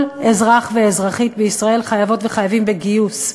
כל אזרח ואזרחית במדינת ישראל חייבת וחייב בגיוס,